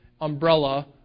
umbrella